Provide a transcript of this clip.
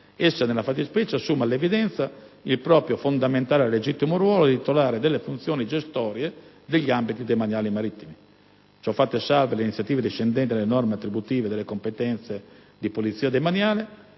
Essa, nella fattispecie, assume, all'evidenza, il proprio fondamentale e legittimo ruolo di titolare delle funzioni gestorie degli ambiti demaniali marittimi, ciò fatte salve le iniziative discendenti dalle norme attributive delle competenze di polizia demaniale